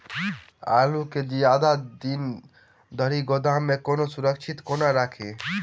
आलु केँ जियादा दिन धरि गोदाम मे कोना सुरक्षित कोना राखि?